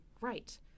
right